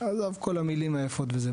עזוב את כל המילים היפות וזה,